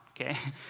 okay